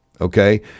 Okay